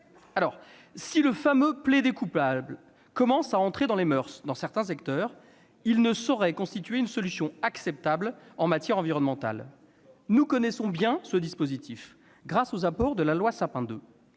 Si le fameux « plaider-coupable » commence à entrer dans les moeurs dans certains secteurs, il ne saurait constituer une solution acceptable en matière environnementale. Et pourquoi ? Nous connaissons bien ce dispositif grâce aux apports de la loi Sapin II.